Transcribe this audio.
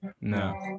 No